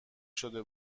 شده